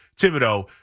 Thibodeau